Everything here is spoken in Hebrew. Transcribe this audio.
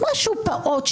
משהו "פעוט",